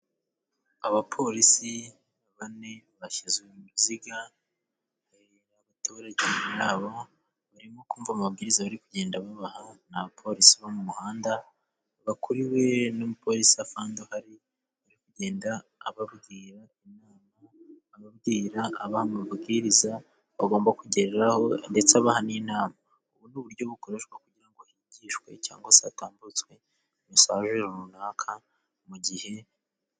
Abapolisi bane bashyizwe mu ruziga, hari abaturage na bo barimo kumva amabwiriza bari kugenda babaha, ni abapolisi bo mu muhanda bakuriwe n'umupolisi afande uhari, ari kugenda ababwira inama, ababwira, abaha amabwiriza bagomba kugenderaho ndetse abaha n'inama, itubu ni uburyo bukoreshwa kugira ngo higishwe cyangwa se hatambutswe mesaje runaka mu gihe...